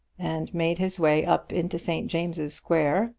and made his way up into st. james's square,